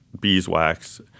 beeswax